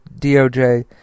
DOJ